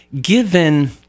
given